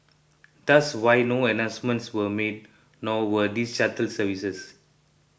thus why no announcements were made nor were these shuttle services